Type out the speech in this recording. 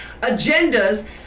agendas